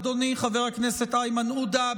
אדוני חבר הכנסת איימן עודה,